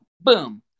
Boom